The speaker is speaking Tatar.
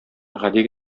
гади